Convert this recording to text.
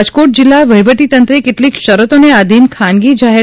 રાજકોટ જિલ્લા વહિવટીતંત્રે કેટલીક શરતોને આધીન ખાનગી જાહેર